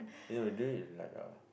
you know do it like a